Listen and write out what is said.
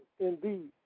Indeed